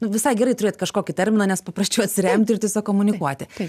nu visai gerai turėt kažkokį terminą nes paprasčiau atsiremti ir tiesiog komunikuoti